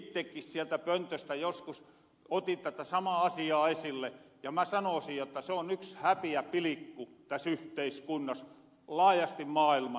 ittekki sieltä pöntöstä joskus otin tätä samaa asiaa esille ja mä sanoosin jotta se on yks häpiäpilikku täs yhteiskunnas laajasti maailman